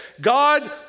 God